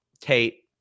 Tate